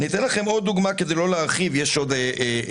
אתן עוד דוגמה כדי לא להרחיב יש עוד הרבה